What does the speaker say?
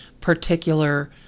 particular